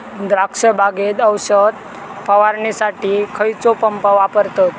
द्राक्ष बागेत औषध फवारणीसाठी खैयचो पंप वापरतत?